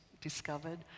discovered